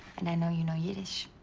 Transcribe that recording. and i know you know yiddish.